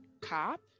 cop